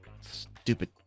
stupid